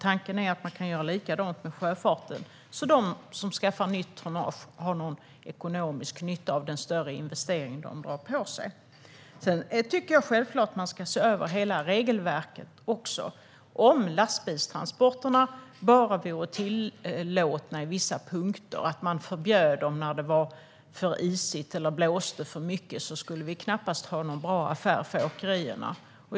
Tanken är att man kan göra likadant med sjöfarten så att de som skaffar nytt tonnage har någon ekonomisk nytta av den större investeringskostnad de drar på sig. Jag tycker självklart att man ska se över hela regelverket också. Om lastbilstransporterna bara vore tillåtna i vissa sammanhang och man förbjöd dem när det är för isigt eller blåser för mycket skulle det knappast vara någon bra affär för åkerierna.